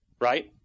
right